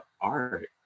art